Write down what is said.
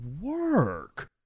work